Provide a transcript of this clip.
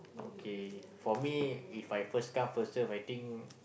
okay for me If I first come first serve I think